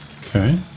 Okay